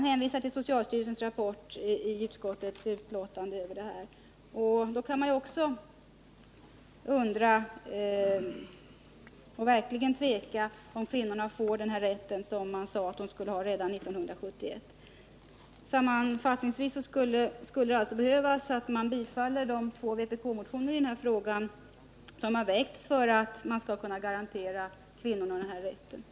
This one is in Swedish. Då kan man undra om kvinnorna verkligen får den rätt som det redan 1971 sades att de skulle få. För att man skall kunna garantera kvinnorna den rätten krävs att riksdagen bifaller de vpk-motioner som har väckts i denna fråga.